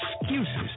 excuses